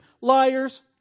liars